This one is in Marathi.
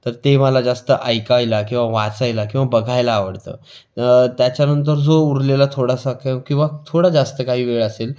तर ते मला जास्त ऐकायला किंवा वाचायला किंवा बघायला आवडतं त्याच्यानंतर जो उरलेला थोडासा काही किंवा थोडा जास्त काही वेळ असेल